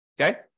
Okay